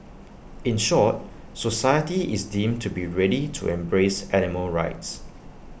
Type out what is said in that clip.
in short society is deemed to be ready to embrace animal rights